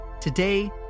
Today